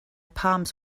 palms